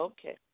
Okay